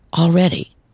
already